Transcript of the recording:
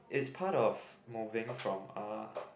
it's part of moving from a